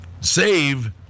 save